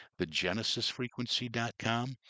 TheGenesisFrequency.com